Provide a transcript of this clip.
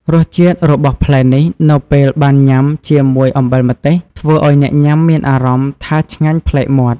រសជាតិរបស់ផ្លែនេះនៅពេលបានញ៉ាំ ជាមួយអំបិលម្ទេស ធ្វើឲ្យអ្នកញ៉ាំមានអារម្មណ៍ថា ឆ្ងាញ់ប្លែកមាត់។